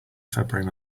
february